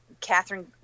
Catherine